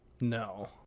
No